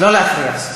לא להפריע.